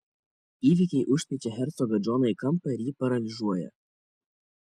įvykiai užspeičia hercogą džoną į kampą ir jį paralyžiuoja